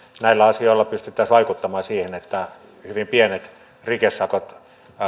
näillä asioilla pystyttäisiin vaikuttaman siihen että hyvin pienet rikesakot